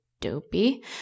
Dopey